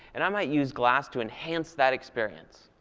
and i might use glass to enhance that experience.